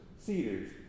cedars